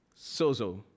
sozo